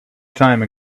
time